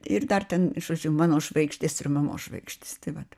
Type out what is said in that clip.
ir dar ten ir žodžiu mano žvaigždės ir mamos žvaigždės tai vat